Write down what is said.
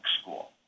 School